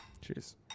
Cheers